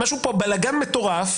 משהו פה בלגן מטורף.